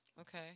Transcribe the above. Okay